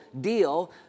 deal